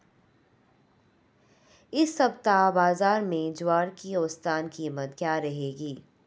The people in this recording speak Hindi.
इस सप्ताह बाज़ार में ज्वार की औसतन कीमत क्या रहेगी?